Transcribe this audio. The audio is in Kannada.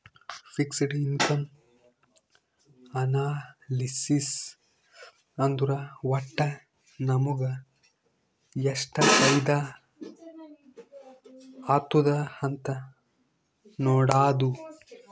ಫಿಕ್ಸಡ್ ಇನ್ಕಮ್ ಅನಾಲಿಸಿಸ್ ಅಂದುರ್ ವಟ್ಟ್ ನಮುಗ ಎಷ್ಟ ಫೈದಾ ಆತ್ತುದ್ ಅಂತ್ ನೊಡಾದು